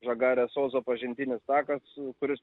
žagarės ozo pažintinis takas kuris